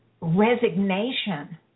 resignation